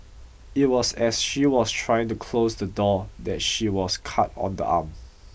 it was as she was trying to close the door that she was cut on the arm